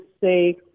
say